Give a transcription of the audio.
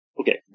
okay